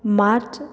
March